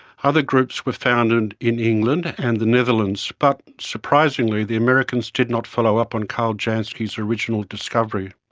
other groups were founded in england and the netherlands but, surprisingly, the americans did not follow up on karl jansky's original discovery.